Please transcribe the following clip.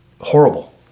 horrible